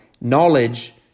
knowledge